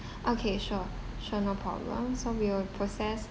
okay sure sure no problem so we will process